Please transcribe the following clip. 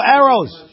arrows